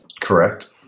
Correct